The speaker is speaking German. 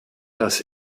dass